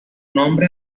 nombre